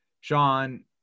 Sean